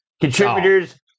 contributors